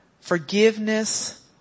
Forgiveness